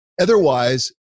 Otherwise